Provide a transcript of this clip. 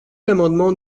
l’amendement